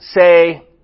say